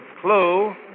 clue